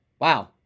wow